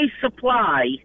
supply